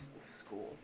School